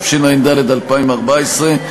התשע"ד 2014,